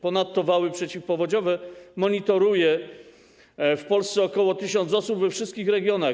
Ponadto wały przeciwpowodziowe monitoruje w Polsce ok. 1000 osób we wszystkich regionach.